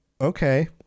Okay